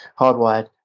hardwired